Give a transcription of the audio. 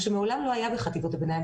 מה שמעולם לא היה בחטיבות הביניים.